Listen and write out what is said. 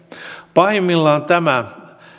pahimmillaan tämä